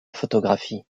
photographie